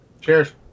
Cheers